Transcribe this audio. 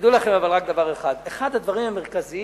תדעו לכם רק דבר אחד: אחד הדברים המרכזיים